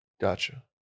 Gotcha